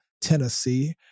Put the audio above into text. Tennessee